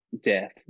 death